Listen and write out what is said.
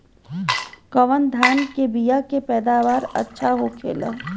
कवन धान के बीया के पैदावार अच्छा होखेला?